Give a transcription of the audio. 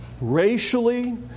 racially